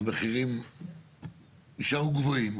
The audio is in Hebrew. המחירים יישארו גבוהים?